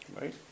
Right